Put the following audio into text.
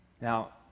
Now